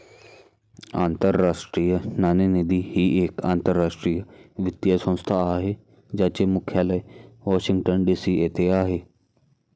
आंतरराष्ट्रीय नाणेनिधी ही एक आंतरराष्ट्रीय वित्तीय संस्था आहे ज्याचे मुख्यालय वॉशिंग्टन डी.सी येथे आहे